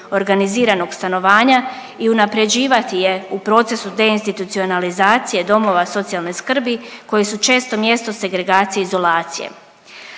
organiziranog stanovanja i unapređivati je u procesu te institucionalizacije domova socijalne skrbi koji su često mjesto segregacije i izolacije.